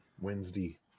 Wednesday